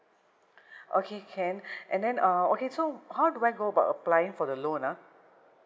okay can and then uh okay so how do I go about applying for the loan ah